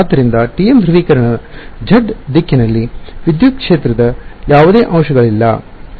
ಆದ್ದರಿಂದ TM ಧ್ರುವೀಕರಣದ z ದಿಕ್ಕಿನಲ್ಲಿ ವಿದ್ಯುತ್ ಕ್ಷೇತ್ರದ ಯಾವುದೇ ಅಂಶಗಳಿಲ್ಲ ಸರಿನಾ